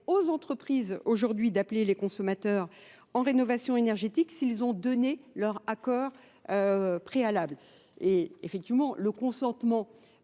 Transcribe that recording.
aux entreprises aujourd'hui d'appeler les consommateurs en rénovation énergétique s'ils ont donné leur accord préalable. Et effectivement, le consentement